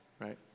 Right